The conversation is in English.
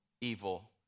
evil